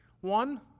One